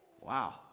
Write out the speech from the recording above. Wow